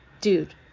dude